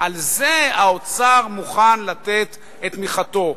לזה האוצר מוכן לתת את תמיכתו,